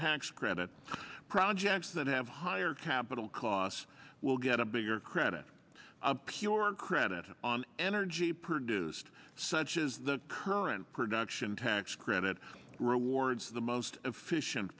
tax credit projects that have higher capital costs will get a bigger credit your credit on energy produced such as the current production tax credit rewards for the most efficient